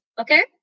okay